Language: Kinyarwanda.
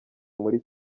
muri